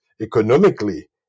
economically